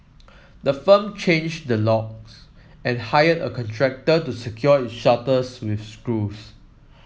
the firm changed the locks and hired a contractor to secure its shutters with screws